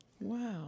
Wow